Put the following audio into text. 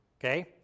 okay